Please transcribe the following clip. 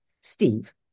Steve